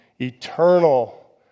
eternal